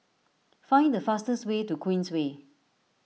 find the fastest way to Queensway